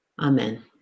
Amen